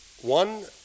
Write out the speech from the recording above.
one